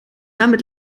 damit